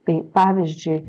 tai pavyzdžiui